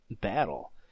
battle